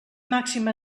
màxima